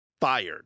Fired